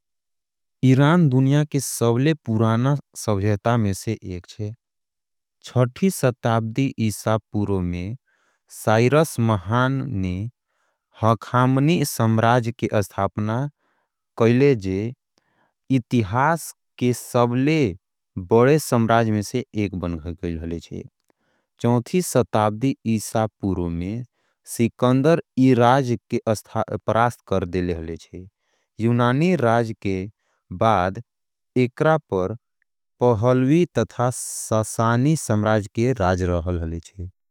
ईरान दुनिया के सबले पुरान सभ्यता में एक छे। छठवीं शताब्दी ईशा पूर्व में साइरस महान ने। इतिहास के सबले बड़े सम्राज्य बने गयेले। हाले छे चौथी शताब्दी ईशा पूर्व में सिकंदर। ये राज्य के परास्त कैले हाले छे।